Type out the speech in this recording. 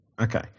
Okay